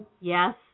Yes